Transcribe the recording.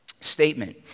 statement